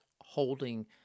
holding